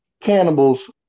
cannibals